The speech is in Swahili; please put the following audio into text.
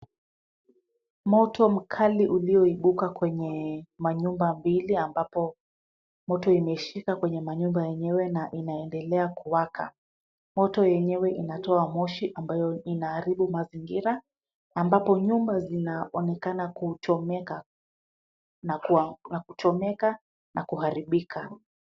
Moto mkali ulioibuka kwenye manyumba mbili ambapo moto imeshika kwenye manyumba yenyewe na inaendelea kuwaka. Moto yenyewe inatoa moshi ambayo inaharibu mazingira ambapo nyumba zinaonekana kuchomeka na kuharibika.